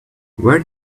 where